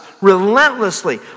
relentlessly